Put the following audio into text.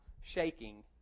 shaking